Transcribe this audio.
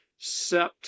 Sept